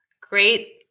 Great